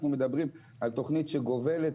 אנחנו מדברים על תכנית שגובלת,